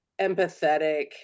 empathetic